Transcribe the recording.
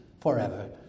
forever